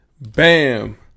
bam